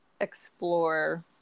explore